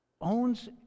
owns